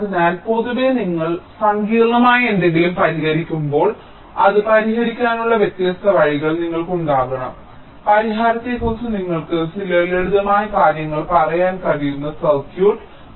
അതിനാൽ പൊതുവേ നിങ്ങൾ സങ്കീർണ്ണമായ എന്തെങ്കിലും പരിഹരിക്കുമ്പോൾ അത് പരിഹരിക്കാനുള്ള വ്യത്യസ്ത വഴികൾ നിങ്ങൾക്കുണ്ടാകണം പരിഹാരത്തെക്കുറിച്ച് നിങ്ങൾക്ക് ചില ലളിതമായ കാര്യങ്ങൾ പറയാൻ കഴിയുന്ന സർക്യൂട്ട് ഞങ്ങൾ നോക്കുന്നു